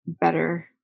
better